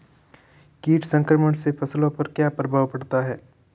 कीट संक्रमण से फसलों पर क्या प्रभाव पड़ता है?